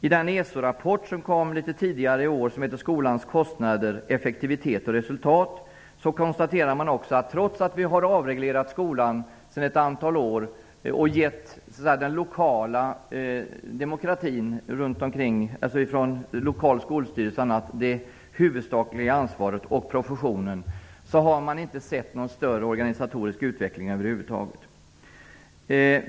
I den ESO rapport som kom litet tidigare i år -- och som heter skolans kostnader -- effektivitet och resultat -- framgår det att trots att skolan avreglerades för ett antal år sedan och lokala skolstyrelser och professionen har fått det huvudsakliga ansvaret, har det inte skett någon större organisatorisk utveckling över huvud taget.